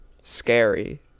scary